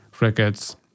records